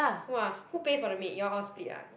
!wah! who pay for the maid you all split ah